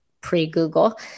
pre-Google